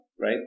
right